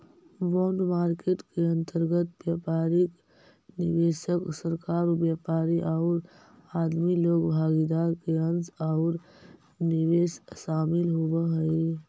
bond market के अंतर्गत व्यापारिक निवेशक, सरकार, व्यापारी औउर आदमी लोग भागीदार के अंश औउर निवेश शामिल होवऽ हई